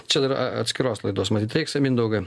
čia yra atskiros laidos matyt reiksią mindaugą